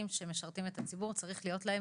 שמשרתים את הציבור צריך להיות MRI,